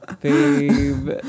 Babe